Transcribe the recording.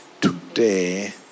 today